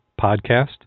podcast